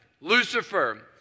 Lucifer